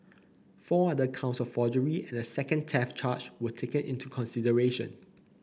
four other counts of forgery and a second theft charge were taken into consideration